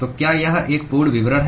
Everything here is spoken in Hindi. तो क्या यह एक पूर्ण विवरण है